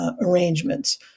arrangements